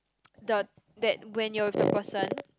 the that when you're with the person